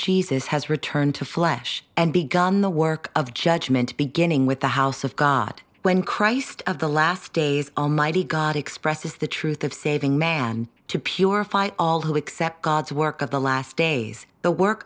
jesus has returned to flesh and begun the work of judgment beginning with the house of god when christ of the last days almighty god expresses the truth of saving man to purify all who accept god's work of the last days the work